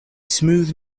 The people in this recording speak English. smooth